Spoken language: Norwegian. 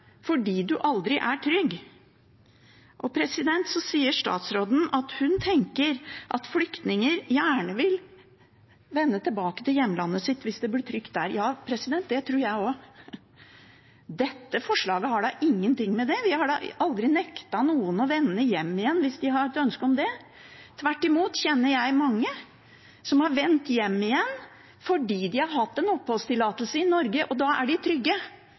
fordi man aldri er trygg. Så sier statsråden at hun tenker at flyktninger gjerne vil vende tilbake til hjemlandet sitt hvis det blir trygt der. Ja, det tror jeg også. Dette forslaget har ingenting med det å gjøre – vi har aldri nektet noen å vende hjem igjen hvis de har et ønske om det. Tvert imot kjenner jeg mange som har vendt hjem igjen fordi de har hatt en oppholdstillatelse i Norge, og da er de trygge